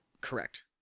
Correct